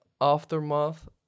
aftermath